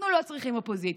אנחנו לא צריכים אופוזיציה,